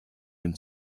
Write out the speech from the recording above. dem